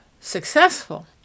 successful